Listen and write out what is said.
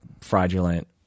fraudulent